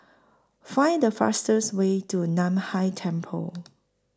Find The fastest Way to NAN Hai Temple